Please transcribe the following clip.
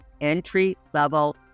entry-level